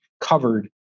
covered